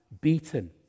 beaten